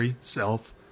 Self